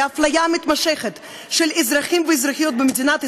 לאפליה המתמשכת של אזרחים ואזרחיות במדינת ישראל,